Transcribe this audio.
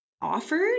offered